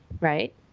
right